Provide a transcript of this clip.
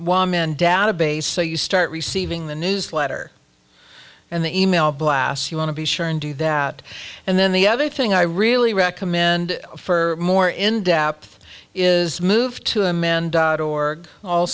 database so you start receiving the newsletter and the e mail blasts you want to be sure and do that and then the other thing i really recommend for more in depth is move to amend dot org all